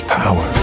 power